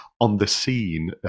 on-the-scene